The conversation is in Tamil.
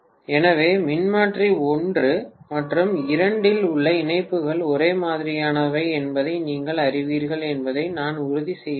எனவே மின்மாற்றி 1 மற்றும் 2 இல் உள்ள இணைப்புகள் ஒரே மாதிரியானவை என்பதை நீங்கள் அறிவீர்கள் என்பதை நான் உறுதி செய்ய வேண்டும்